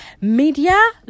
media